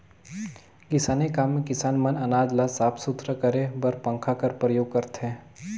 किसानी काम मे किसान मन अनाज ल साफ सुथरा करे बर पंखा कर परियोग करथे